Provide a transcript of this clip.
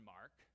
Mark